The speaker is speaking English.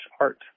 art